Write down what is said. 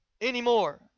anymore